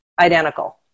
identical